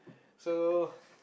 so